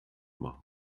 machen